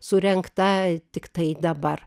surengta tiktai dabar